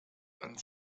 dann